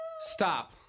Stop